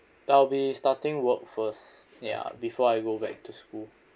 I'll be starting work first ya before I go back to school